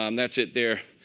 um that's it there.